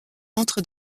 entre